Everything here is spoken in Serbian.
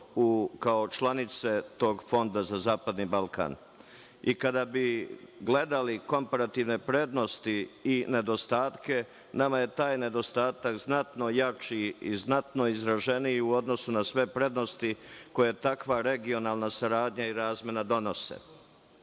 kao članice tog Fonda za zapadni Balkan. Kada bi gledali komparativne prednosti i nedostatke, nama je taj nedostatak znatno jači i znatno izraženiji u odnosu na sve prednosti koje takva regionalna saradnja i razmena donose.